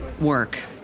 work